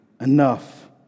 enough